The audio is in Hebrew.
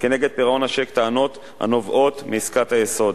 כנגד פירעון הצ'ק טענות הנובעות מעסקת היסוד,